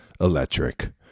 electric